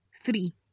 Three